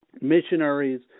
missionaries